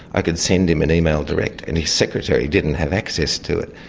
i could send him an email direct and his secretary didn't have access to it.